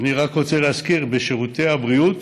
אני רק רוצה להזכיר: בשירותי הבריאות